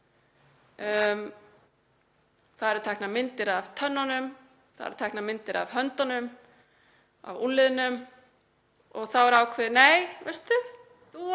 Það eru teknar myndir af tönnunum, það eru teknar myndir af höndunum, af úlnliðnum og þá er ákveðið: Nei, veistu, þú